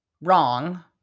wrong